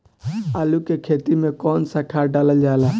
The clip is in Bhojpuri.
आलू के खेती में कवन सा खाद डालल जाला?